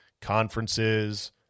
conferences